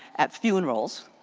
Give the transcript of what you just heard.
at funerals,